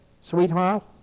sweetheart